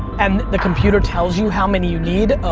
and the computer tells you how many you need,